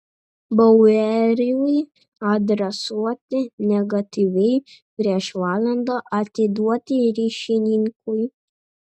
baueriui adresuoti negatyvai prieš valandą atiduoti ryšininkui